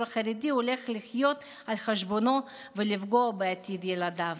החרדי הולך לחיות על חשבונו ולפגוע בעתיד ילדיו.